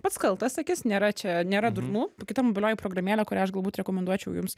pats kaltas sakys nėra čia nėra durnų kita mobilioji programėlė kurią aš galbūt rekomenduočiau jums